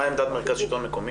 מה עמדת משרד שלטון מקומי?